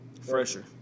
Fresher